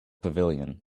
pavilion